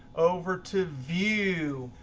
over to view.